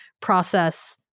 process